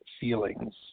feelings